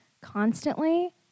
constantly